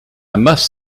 must